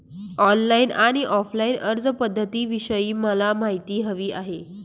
online आणि offline अर्जपध्दतींविषयी मला माहिती हवी आहे